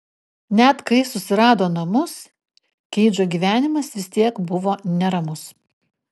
net kai susirado namus keidžo gyvenimas vis tiek buvo neramus